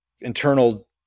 internal